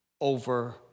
over